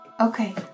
Okay